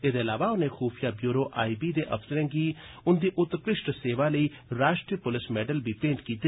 एदे इलावा उनें खुफिया ब्यूरो आई बी दे अफसरें गी उंदी उत्कृष्ट सेवा लेई राष्ट्रपति पुलस मेडल बी भेंट कीते